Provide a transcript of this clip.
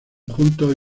juntos